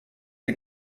ihr